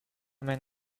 man